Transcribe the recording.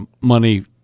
money